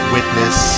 Witness